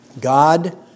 God